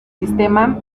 sistema